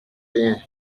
rien